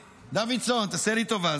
דוידסון, תעשה לי טובה.